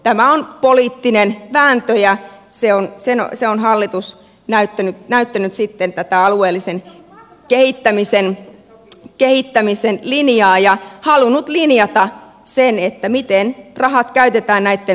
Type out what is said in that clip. tämä on poliittinen vääntö ja hallitus on näyttänyt sitten tätä alueellisen kehittämisen linjaa ja halunnut linjata sen miten rahat käytetään näitten suuralueitten välillä